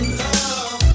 love